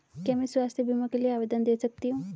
क्या मैं स्वास्थ्य बीमा के लिए आवेदन दे सकती हूँ?